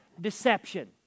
Deception